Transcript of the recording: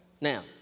Now